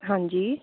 ਹਾਂਜੀ